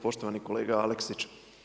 Poštovani kolega Aleksić.